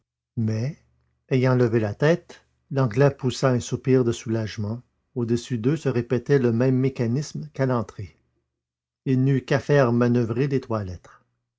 mais ayant levé la tête l'anglais poussa un soupir de soulagement au-dessus d'eux se répétait le même mécanisme qu'à l'entrée il n'eut qu'à faire manoeuvrer les trois lettres